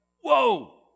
whoa